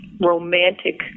romantic